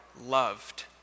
loved